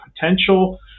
potential